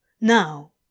Now